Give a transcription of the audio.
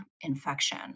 infection